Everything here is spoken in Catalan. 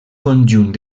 conjunt